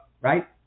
right